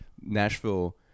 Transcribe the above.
nashville